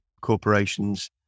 corporations